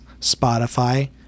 Spotify